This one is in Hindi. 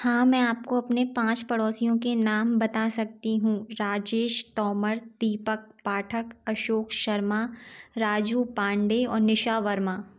हाँ मैं आपको अपने पाँच पड़ोसियों के नाम बता सकती हूँ राजेश तोमर दीपक पाठक अशोक शर्मा राजू पाण्डे और निशा वर्मा